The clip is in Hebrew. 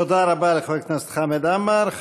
תודה רבה לחבר הכנסת חמד עמאר.